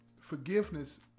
forgiveness